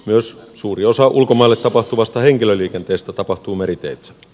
myös suuri osa ulkomaille tapahtuvasta henkilöliikenteestä tapahtuu meriteitse